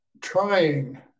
trying